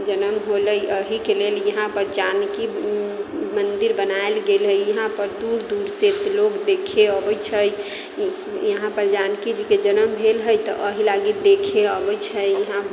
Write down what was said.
जनम होलै अहिकेँ लेल इहाँ पर जानकी मन्दिर बनाओल गेल हइ इहाँ पर दूर दूर से लोक देखे अबैत छै इहाँ पर जानकी जीकेँ जनम भेल हइ तऽ एहि लागि देखे अबैत छै इहाँ